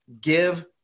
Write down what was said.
give